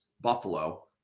Buffalo